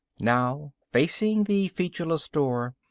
now, facing the featureless door,